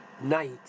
night